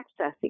accessing